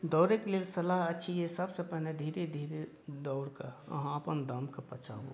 दौड़ैके लेल सलाह अछि सभसँ पहिने धीरे धीरे दौड़क अहाॅं अपन दमके पचाबु